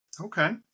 Okay